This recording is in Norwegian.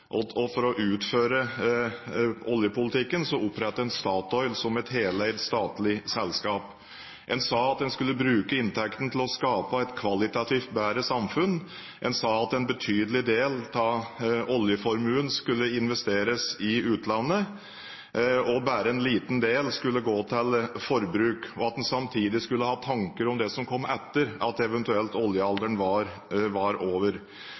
og dermed også underlagt folkevalgt kontroll. For å utføre oljepolitikken opprettet en Statoil som et heleid statlig selskap. En sa at en skulle bruke inntektene til å skape et kvalitativt bedre samfunn, en sa at en betydelig del av oljeformuen skulle investeres i utlandet, at bare en liten del skulle gå til forbruk, og at en samtidig skulle ha tanker om det som kom etter at oljealderen eventuelt var over.